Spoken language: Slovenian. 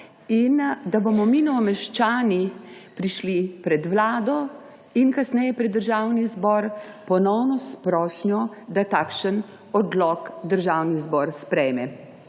in da bomo mi Novomeščani prišli pred Vlado in kasneje pred Državni zbor ponovno s prošnjo, da takšen odlok Državni zbor sprejme.